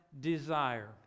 desire